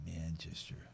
Manchester